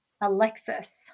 Alexis